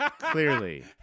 Clearly